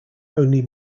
only